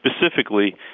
specifically